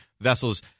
vessels